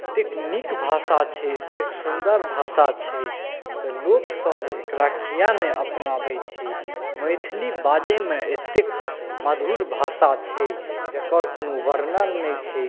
एतेक नीक भाषा छै एतेक सुन्दर भाषा छै तऽ लोकसब एकरा किएक नहि अपनाबै छै मैथिली बाजैमे एतेक मधुर भाषा छै जकर कोनो वर्णन नहि छै